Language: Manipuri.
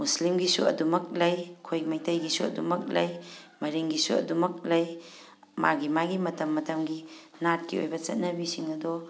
ꯃꯨꯁꯀꯤꯝꯒꯤꯁꯨ ꯑꯗꯨꯃꯛ ꯂꯩ ꯑꯩꯈꯣꯏ ꯃꯩꯇꯩꯒꯤꯁꯨ ꯑꯗꯨꯃꯛ ꯂꯩ ꯃꯔꯤꯡꯒꯤꯁꯨ ꯑꯗꯨꯃꯛ ꯂꯩ ꯃꯥꯒꯤ ꯃꯥꯒꯤ ꯃꯇꯝ ꯃꯇꯝꯒꯤ ꯅꯥꯠꯀꯤ ꯑꯣꯏꯕ ꯆꯠꯅꯕꯤꯁꯤꯡ ꯑꯗꯣ